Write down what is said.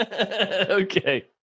Okay